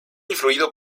influido